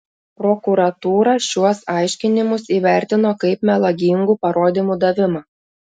prokuratūra šiuos aiškinimus įvertino kaip melagingų parodymų davimą